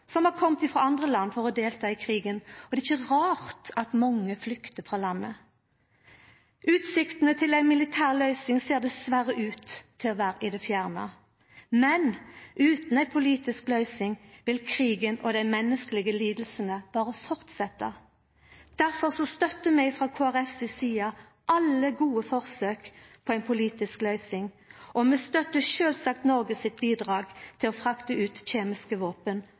som har kome frå andre land for å delta i krigen, og det er ikkje rart at mange flyktar frå landet. Utsiktene til ei militær løysing ser dessverre ut til å vera i det fjerne, men utan ei politisk løysing vil krigen og dei menneskelege lidingane berre fortsetja. Difor støtter vi frå Kristeleg Folkeparti si side alle gode forsøk på ei politisk løysing, og vi støttar sjølvsagt Noreg sitt bidrag til å frakta ut kjemiske våpen